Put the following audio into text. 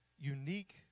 unique